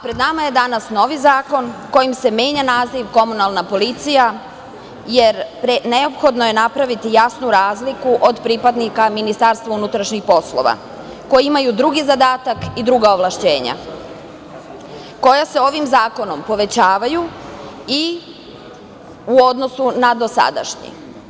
Pred nama je danas novi zakon kojim se menja naziv komunalna policija, jer neophodno je napraviti jasnu razliku od pripadnika Ministarstva unutrašnjih poslova, koji imaju drugi zadatak i druga ovlašćenja koja se ovim zakonom povećavaju i u odnosu na dosadašnji.